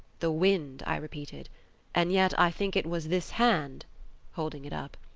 the wind i repeated and yet i think it was this hand holding it up,